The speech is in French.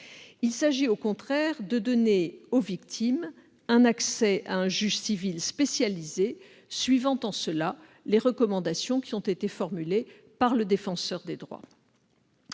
Il s'agit au contraire de donner aux victimes un accès à un juge civil spécialisé, suivant en cela les recommandations qui ont été formulées par le Défenseur des droits.